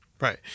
Right